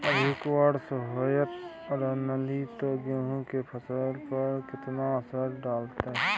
अधिक वर्षा होयत रहलनि ते गेहूँ के फसल पर केतना असर डालतै?